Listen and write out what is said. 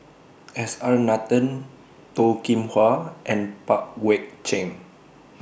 S R Nathan Toh Kim Hwa and Pang Guek Cheng